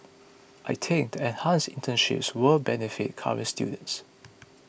I think the enhanced internships will benefit current students